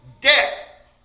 debt